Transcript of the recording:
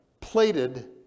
plated